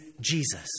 Jesus